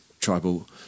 tribal